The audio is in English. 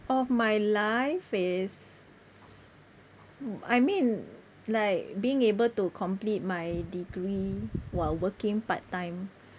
of my life is I mean like being able to complete my degree while working part-time